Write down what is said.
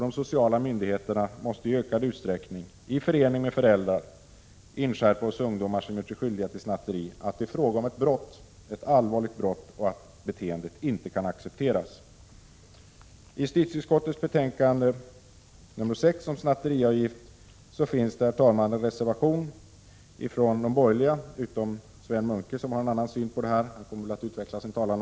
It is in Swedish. De sociala myndigheterna måste i ökad utsträckning —-i förening med föräldrarna — inskärpa hos ungdomar som gjort sig skyldiga till snatteri att det är fråga om ett brott, ett allvarligt brott och att beteendet inte kan accepteras. Herr talman! I justitieutskottets betänkande nr 6 om snatteriavgift finns en reservation, nr 1, av utskottets borgerliga ledamöter utom Sven Munke, som har en annan syn på detta och själv kommer att utveckla sin talan.